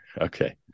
Okay